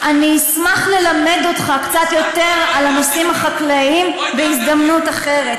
אני אשמח ללמד אותך קצת יותר על הנושאים החקלאיים בהזדמנות אחרת.